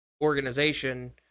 organization